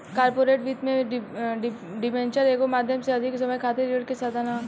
corporate वित्त में debenture एगो माध्यम से अधिक समय खातिर ऋण के साधन ह